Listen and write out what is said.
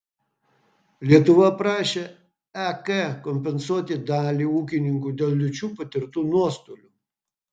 lietuva prašė ek kompensuoti dalį ūkininkų dėl liūčių patirtų nuostolių